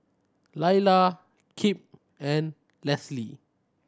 Lailah Kip and Lesli